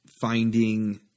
finding